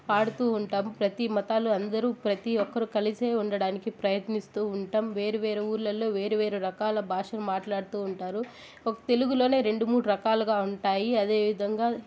పాడుతూ ఉంటాం ప్రతీ మతాలు అందరూ ప్రతీ ఒక్కరు కలిసే ఉండడానికి ప్రయత్నిస్తూ ఉంటాం వేరువేరు ఊర్లలో వేరు వేరు రకాల భాషలు మాట్లాడుతూ ఉంటారు ఒక తెలుగులోనే రెండు మూడు రకాలుగా ఉంటాయి అదే విధంగా